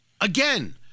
Again